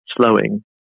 slowing